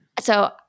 So-